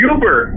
Uber